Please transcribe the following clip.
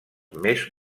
més